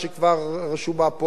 שכבר רשומה פה,